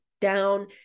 down